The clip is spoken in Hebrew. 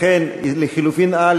לכן לחלופין (א)